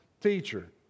teacher